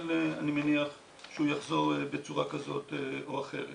אבל אני מניח שהוא יחזור בצורה כזאת אחרת.